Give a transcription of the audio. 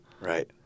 Right